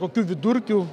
kokių vidurkių